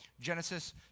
Genesis